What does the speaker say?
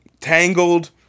Tangled